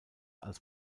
als